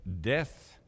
death